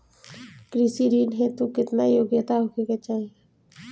कृषि ऋण हेतू केतना योग्यता होखे के चाहीं?